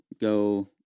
go